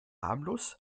harmlos